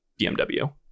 bmw